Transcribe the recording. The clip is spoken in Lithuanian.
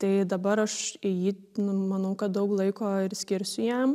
tai dabar aš į jį nu manau kad daug laiko ir skirsiu jam